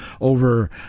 over